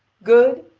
good?